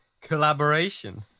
collaboration